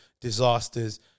disasters